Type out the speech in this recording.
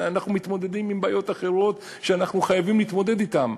אנחנו מתמודדים עם בעיות אחרות שאנחנו חייבים להתמודד אתן,